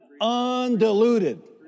undiluted